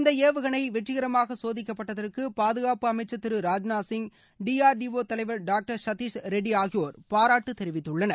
இந்த ஏவுகணை வெற்றிகரமாக சோதிக்கப்பட்டதற்கு பாதுகாப்பு அமைச்சர் Thiru Rajnath Singh D R D O தலைவர் டாக்டர் சத்தீஷ் ரெட்டி ஆகியோர் பாராட்டு தெரிவித்தனர்